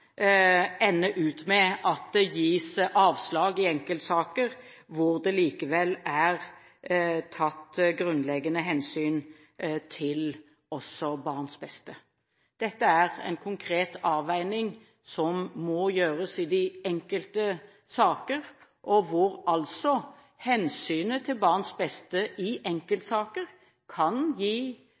ende med at det gis avslag i enkeltsaker hvor det likevel er tatt grunnleggende hensyn til også barns beste. Dette er en konkret avveining som må gjøres i de enkelte saker, og hvor hensynet til barns beste i enkeltsaker kan gi